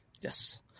yes